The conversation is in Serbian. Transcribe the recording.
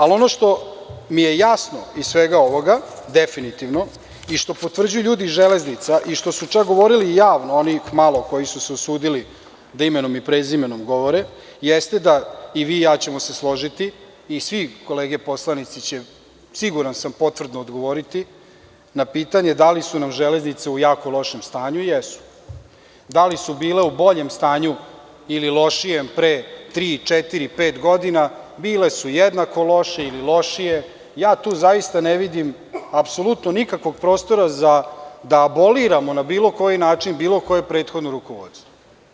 Ali, ono što mi je jasno iz svega ovoga, definitivno, i što potvrđuju ljudi iz železnica i što su čak govorili i javno, ono malo koji su se usudili da imenom i prezimenom govore, jeste da, i vi i ja ćemo se složiti, i sve kolege poslanici će, siguran sam, potvrdno odgovoriti na pitanje da li su nam železnice u jako lošem stanju – jesu, da li su bile u boljem stanju ili lošijem pre tri, četiri, pet godina – bile su jednako loše ili lošije i ja tu zaista ne vidim apsolutno nikakvog prostora da aboliramo na bilo koji način bilo koje prethodno rukovodstvo.